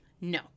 No